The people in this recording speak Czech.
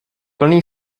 plný